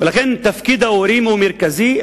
ולכן תפקיד ההורים הוא מרכזי.